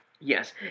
Yes